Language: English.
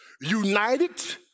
united